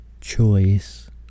choice